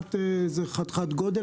חתיכת גודל.